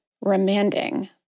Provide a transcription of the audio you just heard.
remanding